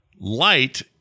light